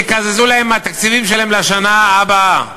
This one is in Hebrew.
יקזזו להם מהתקציבים שלהם לשנה הבאה.